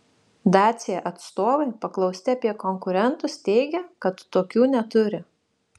dacia atstovai paklausti apie konkurentus teigia kad tokių neturi